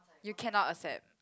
you cannot accept